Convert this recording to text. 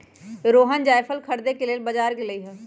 रोहण जाएफल खरीदे के लेल बजार गेलई ह